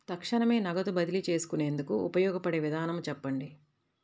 తక్షణమే నగదు బదిలీ చేసుకునేందుకు ఉపయోగపడే విధానము చెప్పండి?